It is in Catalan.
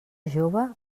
jove